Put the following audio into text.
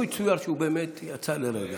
לו יצוין שהוא באמת יצא לרגע.